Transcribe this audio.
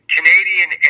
Canadian